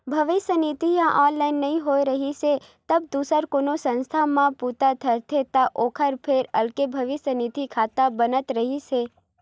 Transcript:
भविस्य निधि ह ऑनलाइन नइ होए रिहिस हे तब दूसर कोनो संस्था म बूता धरथे त ओखर फेर अलगे भविस्य निधि खाता बनत रिहिस हे